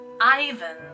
Ivan